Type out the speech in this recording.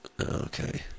Okay